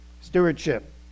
Stewardship